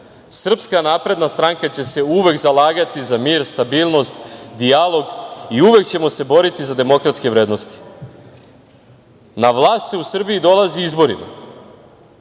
Srpska napredna stranka će se uvek zalagati za mir, stabilnost, dijalog i uvek ćemo se boriti za demokratske vrednosti. Na vlast se u Srbiji dolazi izborima. Vi